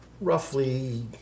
roughly